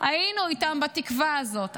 היינו איתם בתקווה הזאת,